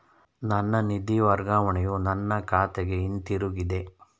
ನನ್ನ ನಿಧಿ ವರ್ಗಾವಣೆಯು ನನ್ನ ಖಾತೆಗೆ ಹಿಂತಿರುಗಿದೆ